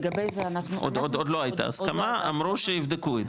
לגבי זה אנחנו -- עוד לא הייתה הסכמה אמרו שיבדקו את זה.